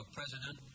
president